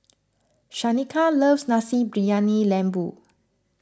Shaneka loves Nasi Briyani Lembu